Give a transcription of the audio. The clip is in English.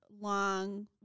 long